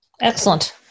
excellent